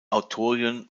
autorin